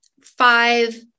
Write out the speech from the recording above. five